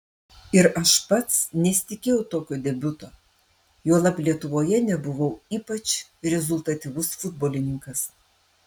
ir aš pats nesitikėjau tokio debiuto juolab lietuvoje nebuvau ypač rezultatyvus futbolininkas